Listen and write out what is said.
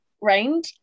rained